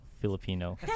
Filipino